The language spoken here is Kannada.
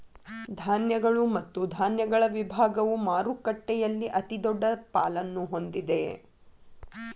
ಧಾನ್ಯಗಳು ಮತ್ತು ಧಾನ್ಯಗಳ ವಿಭಾಗವು ಮಾರುಕಟ್ಟೆಯಲ್ಲಿ ಅತಿದೊಡ್ಡ ಪಾಲನ್ನು ಹೊಂದಿದೆ